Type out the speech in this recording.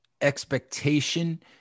expectation